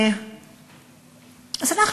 אז אנחנו,